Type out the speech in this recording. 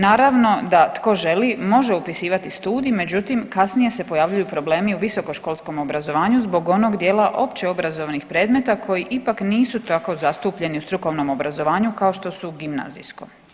Naravno da tko želi može upisivati studij, međutim kasnije se pojavljuju problemi u visokoškolskom obrazovanju zbog onog dijela općeobrazovnih predmeta koji ipak nisu tako zatupljeni u strukovnom obrazovanju kao što su u gimnazijskom.